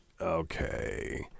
okay